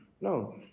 No